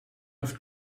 oft